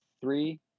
three